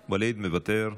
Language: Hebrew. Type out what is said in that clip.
מוותר,